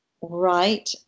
Right